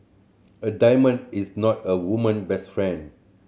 a diamond is not a woman best friend